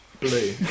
Blue